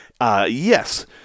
Yes